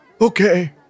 Okay